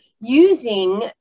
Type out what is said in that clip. using